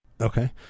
Okay